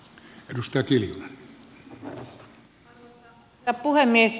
arvoisa herra puhemies